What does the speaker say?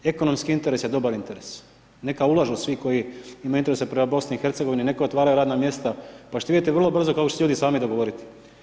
Ekonomski interes je dobar interes, neka ulažu svi koji imaju interese prema BiH, neka otvaraju radna mjesta, pa ćete vidjeti vrlo brzo kako će se ljudi sami dogovoriti.